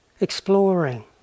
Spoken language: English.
exploring